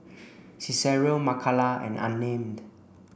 Cicero Makala and Unnamed